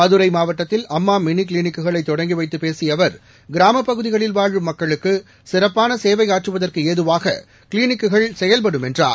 மதுரைமாவட்டத்தில் அம்மாமினிகிளினிக்குகளைதொடங்கிவைத்தபேசியஅவர் கிராமப் பகுதிகளில் வாழும் மக்களுக்குசிறப்பானசேவைஆற்றுவதற்குஏதுவாககிளினிக்குகள் செயல்படும் என்றார்